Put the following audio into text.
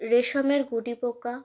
রেশমের গুঁটি পোকা